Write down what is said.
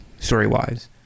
story-wise